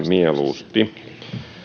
mieluusti